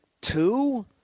two